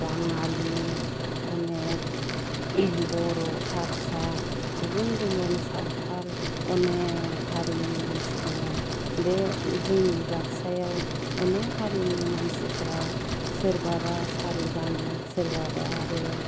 बाङालि अनेख बर' हारसा गुबुन गुबुन सावथाल अनेख हारिनि मानसि दङ बे जोंनि बाक्सायाव अनेख हारिनि मानसिफोरा सोरबाबा सारि गानो सोरबाबा आरो